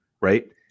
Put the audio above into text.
right